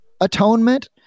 atonement